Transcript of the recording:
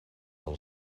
del